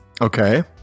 Okay